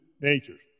natures